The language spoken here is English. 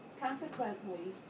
Consequently